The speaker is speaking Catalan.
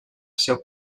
seu